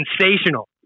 sensational